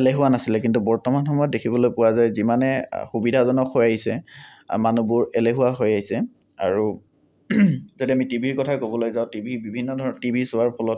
এলেহুৱা নাছিলে কিন্তু বৰ্তমান সময়ত দেখিবলৈ পোৱা যায় যিমানে সুবিধাজনক হৈ আহিছে মানুহবোৰ এলেহুৱা হৈ আহিছে আৰু যদি আমি টিভিৰ কথাই ক'বলৈ যাওঁ টিভি বিভিন্ন টিভি চোৱাৰ ফলত